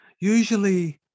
usually